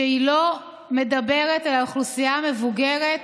שלא מדברת אל האוכלוסייה המבוגרת,